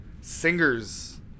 singers